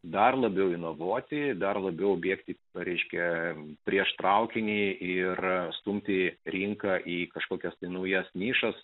dar labiau renovuoti dar labiau bėgti reiškia prieš traukinį ir stumti rinką į kažkokias naujas nišas